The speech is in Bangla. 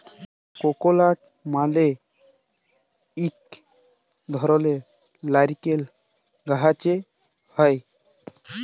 ককলাট মালে ইক ধরলের লাইরকেল গাহাচে হ্যয়